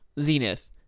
zenith